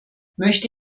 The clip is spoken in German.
möchte